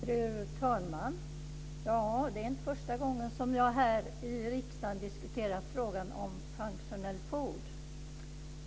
Fru talman! Det är inte första gången som jag här i riksdagen diskuterar frågan om functional food.